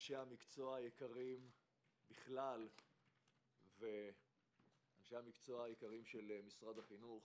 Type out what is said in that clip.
אנשי המקצוע היקרים בכלל ואנשי המקצוע היקרים של משרד החינוך.